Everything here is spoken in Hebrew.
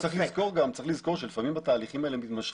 צריך לזכור שלפעמים התהליכים האלה מתמשכים.